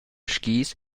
skis